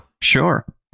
Sure